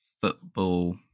football